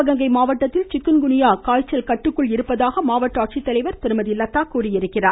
சிவகங்கை மாவட்டத்தில் chikungunya காய்ச்சல் கட்டுக்குள் உள்ளதாக மாவட்ட ஆட்சித்தலைவர் திருமதி ஜி லதா தெரிவித்துள்ளார்